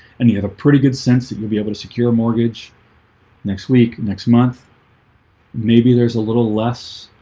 and you have a pretty good sense that you'll be able to secure mortgage next week next month maybe there's a little less